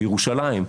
בירושלים,